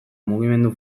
mugimendu